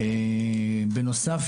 בנוסף,